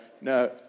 no